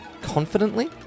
confidently